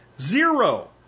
Zero